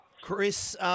Chris